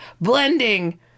blending